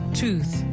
tooth